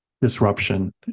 disruption